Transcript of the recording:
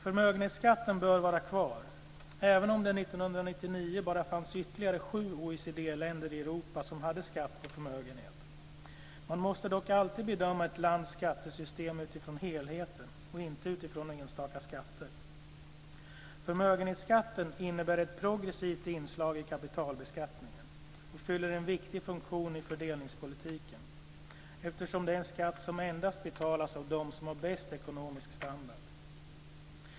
Förmögenhetsskatten bör vara kvar även om det 1999 bara fanns ytterligare sju OECD länder i Europa som hade skatt på förmögenhet. Man måste dock alltid bedöma ett lands skattesystem utifrån helheten och inte utifrån enstaka skatter. Förmögenhetsskatten innebär ett progressivt inslag i kapitalbeskattningen och fyller en viktig funktion i fördelningspolitiken, eftersom det är en skatt som endast betalas av dem som har bäst ekonomisk standard.